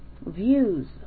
views